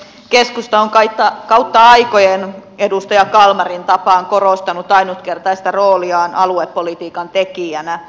keskusta on kautta aikojen edustaja kalmarin tapaan korostanut ainutkertaista rooliaan aluepolitiikan tekijänä